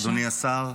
אדוני השר,